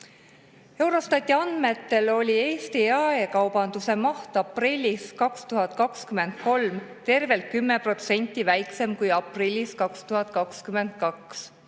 Eurostati andmetel oli Eesti jaekaubanduse maht aprillis 2023 tervelt 10% väiksem kui aprillis 2022.